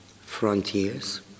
frontiers